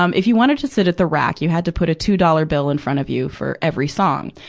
um if you wanted to sit at the rack, you had to put a two dollars bill in front of you for every song.